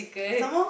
some more